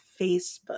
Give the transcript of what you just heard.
Facebook